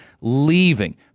leaving